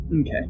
Okay